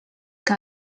que